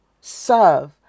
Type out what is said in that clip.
serve